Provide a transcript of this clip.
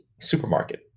supermarket